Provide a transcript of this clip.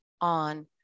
on